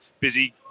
busy